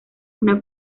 una